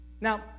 Now